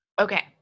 okay